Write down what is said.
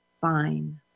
fine